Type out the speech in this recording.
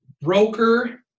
broker